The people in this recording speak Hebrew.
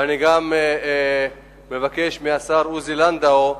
ואני גם מבקש מהשר עוזי לנדאו,